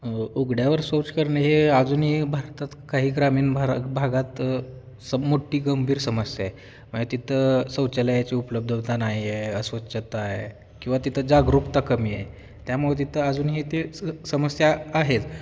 उघड्यावर शौच करणं हे अजूनही भारतात काही ग्रामीण भार भागात सं मोठी गंभीर समस्या आहे तिथं शौचालयाची उपलब्धता नाही आहे अस्वच्छता आहे किंवा तिथं जागरूकता कमी आहे त्यामुळे तिथं अजूनही ते स समस्या आहेत